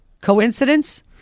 Coincidence